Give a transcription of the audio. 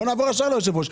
בוא נעבור ישר ליושב-ראש,